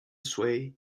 sway